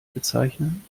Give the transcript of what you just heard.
bezeichnen